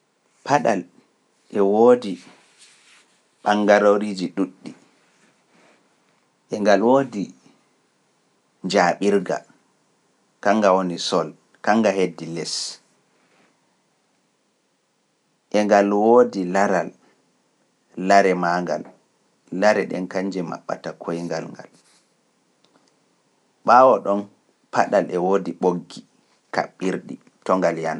Paɗal e woodi ɓangaloriiji ɗuuɗɗi, e ngal woodi njaaɓirga, kannga woni sol, kannga heddi les, e ngal woodi laral, lare maa ngal, lare ɗen kanje maɓɓata koyngal ngal. Baawo ɗon, paɗal e woodi ɓoggi kaɓirɗi to ngal yana.